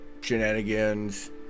shenanigans